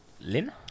Lin